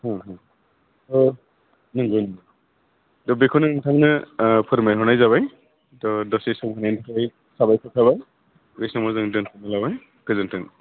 अ अ अ नंगौ त' बेखौनो नोंथांनो फोरमायहरनाय जाबाय त' दसे सम होनायनि थाखाय साबायखर थाबाय बे समाव जों दोन्थ'नो लाबाय गोजोन्थों